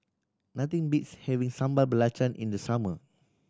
nothing beats having Sambal Belacan in the summer